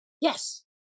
Yes